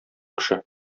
кеше